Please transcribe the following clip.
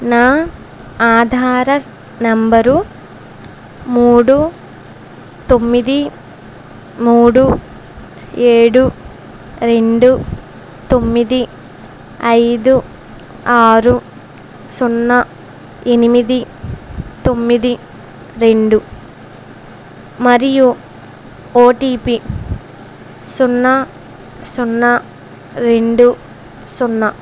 నా ఆధార నంబరు మూడు తొమ్మిది మూడు ఏడు రెండు తొమ్మిది ఐదు ఆరు సున్నా ఎనిమిది తొమ్మిది రెండు మరియు ఓటీపీ సున్నా సున్నా రెండు సున్నా